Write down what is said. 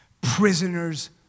prisoners